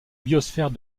biosphère